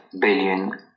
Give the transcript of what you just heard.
billion